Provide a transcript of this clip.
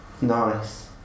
Nice